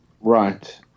Right